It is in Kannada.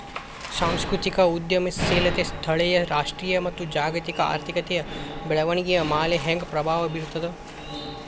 ಸಾಂಸ್ಕೃತಿಕ ಉದ್ಯಮಶೇಲತೆ ಸ್ಥಳೇಯ ರಾಷ್ಟ್ರೇಯ ಮತ್ತ ಜಾಗತಿಕ ಆರ್ಥಿಕತೆಯ ಬೆಳವಣಿಗೆಯ ಮ್ಯಾಲೆ ಹೆಂಗ ಪ್ರಭಾವ ಬೇರ್ತದ